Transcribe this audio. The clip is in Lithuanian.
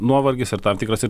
nuovargis ir tam tikras ir